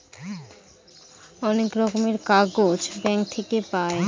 অনেক রকমের কাগজ ব্যাঙ্ক থাকে পাই